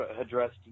addressed